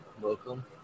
welcome